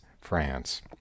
France